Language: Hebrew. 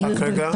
לא, אתה